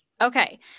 Okay